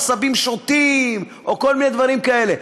עשבים שוטים או כל מיני דברים כאלה.